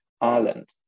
Ireland